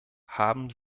haben